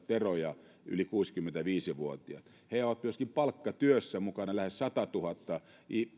veroja yli kuusikymmentäviisi vuotiaat he ovat myöskin palkkatyössä mukana lähes satatuhatta